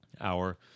hour